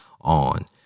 on